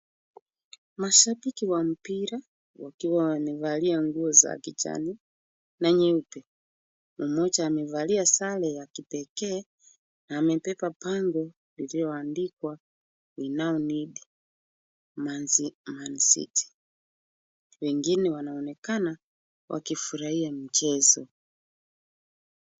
Mashabiki wa mpira wakiwa wamevalia nguo za kijani na nyeupe. Mmoja amevalia sare ya kipekee na amebeba bango lililoandikwa we now need man city . Wengine wanaonekana wakifurahia mchezo.